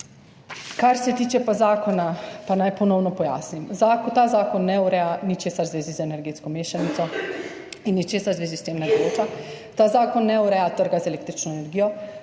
Kar se tiče pa zakona, naj ponovno pojasnim. Ta zakon ne ureja ničesar v zvezi z energetsko mešanico in ničesar v zvezi s tem ne določa. Ta zakon ne ureja trga z električno energijo,